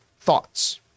thoughts